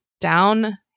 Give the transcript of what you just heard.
Down